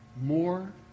more